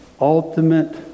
ultimate